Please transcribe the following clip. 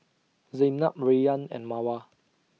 Zaynab Rayyan and Mawar